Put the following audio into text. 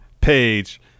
Page